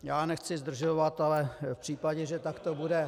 Já nechci zdržovat, ale v případě, že takto bude...